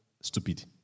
Stupid